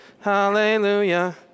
Hallelujah